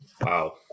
wow